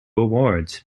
awards